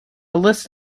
list